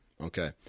Okay